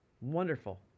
Wonderful